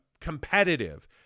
competitive